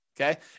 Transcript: Okay